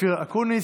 אופיר אקוניס.